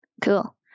Cool